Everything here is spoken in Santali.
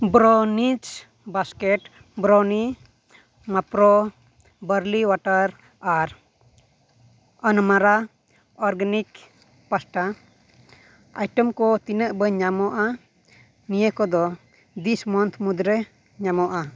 ᱵᱨᱚᱱᱤᱡᱽ ᱵᱟᱥᱠᱮᱴ ᱵᱨᱚᱱᱤ ᱢᱟᱯᱨᱳ ᱵᱟᱨᱞᱤ ᱳᱣᱟᱴᱟᱨ ᱟᱨ ᱟᱱᱢᱟᱨᱟ ᱚᱨᱜᱮᱱᱤᱠ ᱯᱟᱥᱴᱟ ᱟᱭᱴᱮᱢ ᱠᱚ ᱛᱤᱱᱟᱹᱜ ᱵᱟᱹᱧ ᱧᱟᱢᱟ ᱱᱤᱭᱟᱹ ᱠᱚᱫᱚ ᱫᱤᱥ ᱢᱟᱱᱛᱷ ᱢᱩᱫᱽᱨᱮ ᱧᱟᱢᱚᱜᱼᱟ